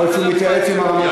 אני מודה שהופתעתי מהתזמון,